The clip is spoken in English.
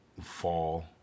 fall